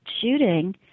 shooting